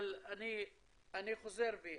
אני חוזר בי,